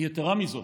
יתרה מזו,